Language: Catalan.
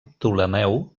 ptolemeu